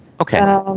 Okay